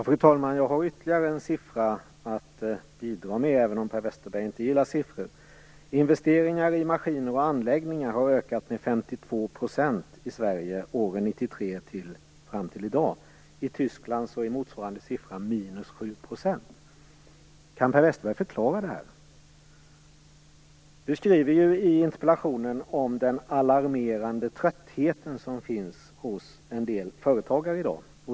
Fru talman! Jag har ytterligare en siffra att bidra med, även om Per Westerberg inte gillar siffror: Investeringar i maskiner och anläggningar har ökat med Tyskland är motsvarande siffra minus 7 %. Kan Per Westerberg förklara det? Per Westerberg skriver i interpellationen om den alarmerande trötthet som finns hos en del företagare i dag.